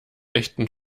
echten